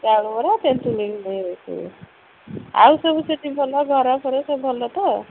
ଚାଉଳ ବରା କ୍ୟାଣ୍ଟିନ୍ରେ ମିଳିବ ଇଏ କରିବ ଆଉ ସବୁ ସେଠି ଭଲ ଘରଫର ସବୁ ଭଲ ତ